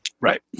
Right